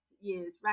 year's